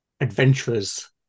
adventurers